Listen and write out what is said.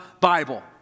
Bible